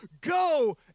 Go